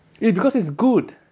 eh because it's good